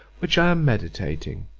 which i am meditating,